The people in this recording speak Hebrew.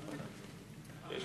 אמרת